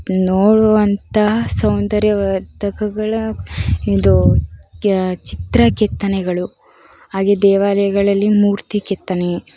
ನೋಡುವಂತಹ ಸೌಂದರ್ಯವರ್ಧಕಗಳ ಇದು ಕೆ ಚಿತ್ರ ಕೆತ್ತನೆಗಳು ಹಾಗೆ ದೇವಾಲಯಗಳಲ್ಲಿ ಮೂರ್ತಿ ಕೆತ್ತನೆ